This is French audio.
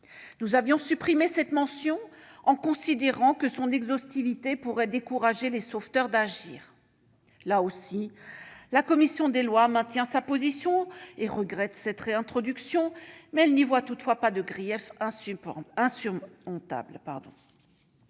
Nous avions supprimé cette mention, considérant que son exhaustivité pourrait décourager les sauveteurs à agir. Ici aussi, la commission des lois maintient sa position et regrette cette réintroduction, mais elle n'entend toutefois pas en faire un grief insurmontable.